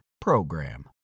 PROGRAM